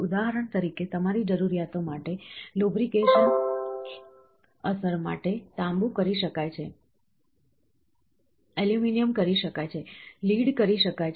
ઉદાહરણ તરીકે તમારી જરૂરિયાતો માટે લુબ્રિકેશન અસર માટે તાંબુ કરી શકાય છે એલ્યુમિનિયમ કરી શકાય છે લીડ કરી શકાય છે